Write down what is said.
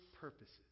purposes